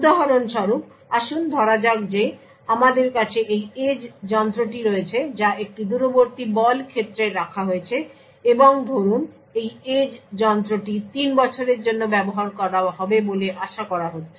উদাহরণস্বরূপ আসুন ধরা যাক যে আমাদের কাছে এই এজ যন্ত্রটি রয়েছে যা একটি দূরবর্তী বল ক্ষেত্রে রাখা হয়েছে এবং ধরুন এই এজ যন্ত্রটি 3 বছরের জন্য ব্যবহার করা হবে বলে আশা করা হচ্ছে